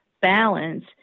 balance